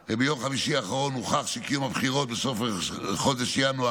ביום חמישי האחרון הוכח שקיום הבחירות בסוף חודש ינואר